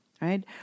right